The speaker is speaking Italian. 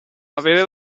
avere